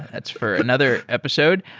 that's for another episode.